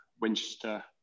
Winchester